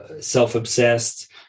self-obsessed